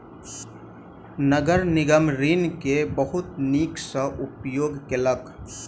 नगर निगम ऋण के बहुत नीक सॅ उपयोग केलक